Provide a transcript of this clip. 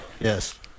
yes